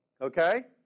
Okay